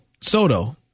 Soto